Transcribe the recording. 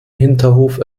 hinterhof